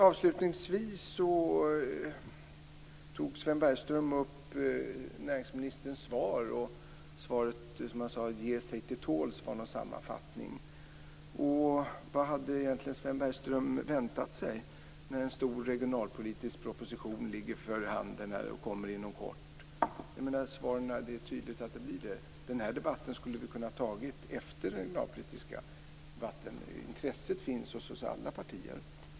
Avslutningsvis tog Sven Bergström upp att en sammanfattning av näringsministerns svar skulle kunna vara att det handlar om att ge sig till tåls. Vad hade egentligen Sven Bergström väntat sig när en stor regionalpolitisk proposition kommer inom kort? Det är tydligt att det blir det svaret. Den här debatten skulle vi ha kunnat ta efter den regionalpolitiska debatten. Intresset finns hos alla partier.